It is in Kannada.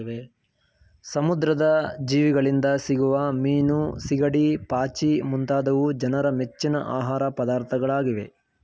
ಸಮುದ್ರದ ಜೀವಿಗಳಿಂದ ಸಿಗುವ ಮೀನು, ಸಿಗಡಿ, ಪಾಚಿ ಮುಂತಾದವು ಜನರ ಮೆಚ್ಚಿನ ಆಹಾರ ಪದಾರ್ಥಗಳಾಗಿವೆ